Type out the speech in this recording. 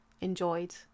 enjoyed